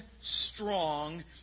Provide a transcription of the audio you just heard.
strong